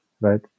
right